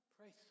Pray